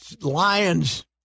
Lions